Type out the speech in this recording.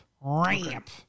Ramp